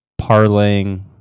parlaying